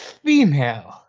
female